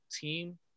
team